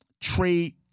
trade